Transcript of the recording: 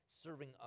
serving